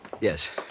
Yes